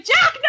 Jack